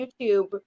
youtube